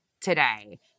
today